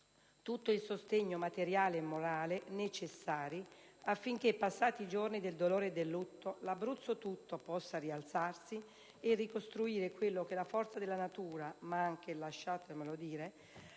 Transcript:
necessario sostegno materiale e morale affinché, passati i giorni del dolore e del lutto, l'Abruzzo tutto possa rialzarsi e ricostruire quello che la forza della natura ma anche, lasciatemelo dire,